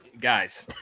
guys